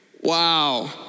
wow